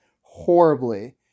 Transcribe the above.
horribly